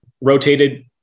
rotated